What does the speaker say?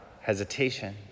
hesitation